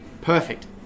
perfect